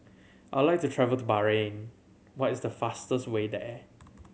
I would like to travel to Bahrain what is the fastest way there